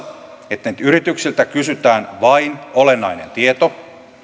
niiltä yrityksiltä kysytään vain olennainen tieto